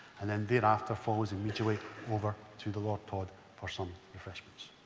and then thereafter follows immediately over to the lord todd for some refreshments.